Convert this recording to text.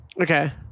Okay